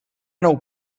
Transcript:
nou